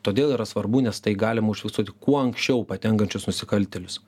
todėl yra svarbu nes tai galim užfiksuoti kuo anksčiau patenkančius nusikaltėlius